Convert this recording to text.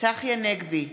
צחי הנגבי,